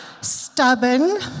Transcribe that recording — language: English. Stubborn